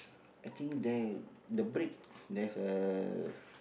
I think there the brick there's a